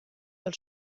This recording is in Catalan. del